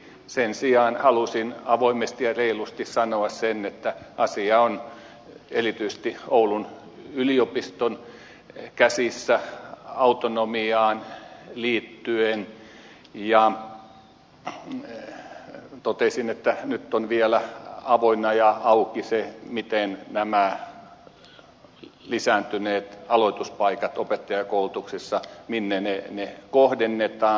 sen sijaan halusin avoimesti ja reilusti sanoa sen että asia on erityisesti oulun yliopiston käsissä autonomiaan liittyen ja totesin että nyt on vielä avoinna ja auki se minne nämä lisääntyneet aloituspaikat opettajankoulutuksessa kohdennetaan